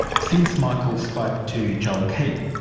since michael spoke to joel keep,